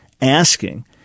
asking